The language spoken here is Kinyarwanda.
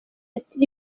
ati